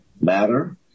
matter